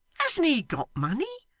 hasn't he got money?